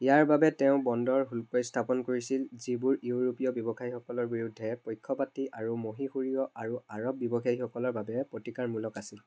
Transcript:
ইয়াৰ বাবে তেওঁ বন্দৰ শুল্ক স্থাপন কৰিছিল যিবোৰ ইউৰোপীয় ব্যৱসায়ীসকলৰ বিৰুদ্ধে পক্ষপাতী আৰু মহীশূৰীয় আৰু আৰব ব্যৱসায়ীসকলৰ বাবে প্ৰতিকাৰমূলক আছিল